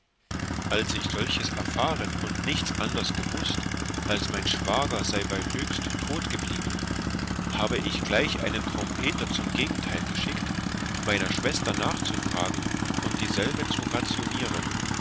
als ich solches erfahren und nichts anders gewußt als mein schwager sei bei höchst tot geblieben habe ich gleich einen trompeter zum gegenteil geschickt meiner schwester nachzufragen und dieselbe zu ranzionieren